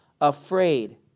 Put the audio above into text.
afraid